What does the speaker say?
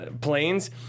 planes